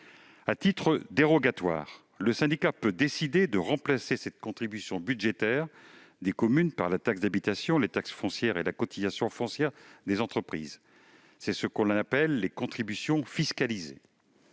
À titre dérogatoire, le syndicat peut décider de remplacer cette contribution budgétaire des communes par la taxe d'habitation, les taxes foncières et la cotisation foncière des entreprises. Il s'agit des « contributions fiscalisées